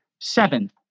Seventh